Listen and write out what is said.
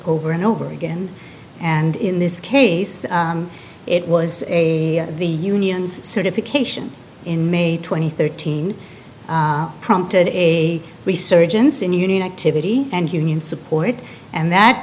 over and over again and in this case it was a the union's certification in may twenty thirteen prompted a resurgence in union activists and union support and that